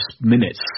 minutes